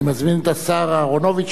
אני מזמין את השר אהרונוביץ.